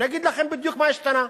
אני אגיד לכם בדיוק מה השתנה.